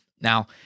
now